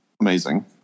amazing